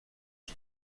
son